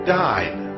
died